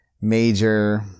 major